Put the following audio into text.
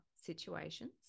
situations